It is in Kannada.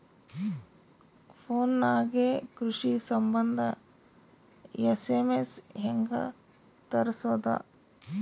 ಫೊನ್ ನಾಗೆ ಕೃಷಿ ಸಂಬಂಧ ಎಸ್.ಎಮ್.ಎಸ್ ಹೆಂಗ ತರಸೊದ?